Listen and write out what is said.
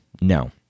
No